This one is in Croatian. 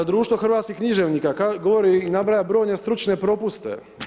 Društvo hrvatskih književnika govori i nabraja brojne stručne propuste.